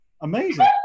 Amazing